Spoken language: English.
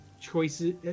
choices